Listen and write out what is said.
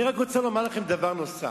אני רוצה לומר לכם דבר נוסף.